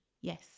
Yes